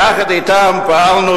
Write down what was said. יחד אתם פעלנו,